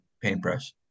paintbrush